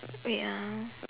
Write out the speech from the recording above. wait ah